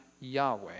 Yahweh